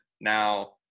now